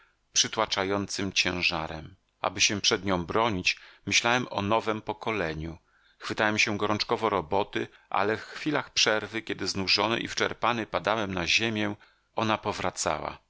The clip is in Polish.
przytłaczającym ciężarem aby się przed nią bronić myślałem o nowem pokoleniu chwytałem się gorączkowo roboty ale w chwilach przerwy kiedy znużony i wyczerpany padałem na ziemię ona powracała